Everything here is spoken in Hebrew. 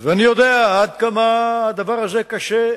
ואני יודע עד כמה הדבר הזה קשה.